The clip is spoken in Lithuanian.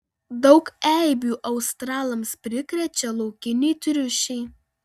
daug eibių australams prikrečia laukiniai triušiai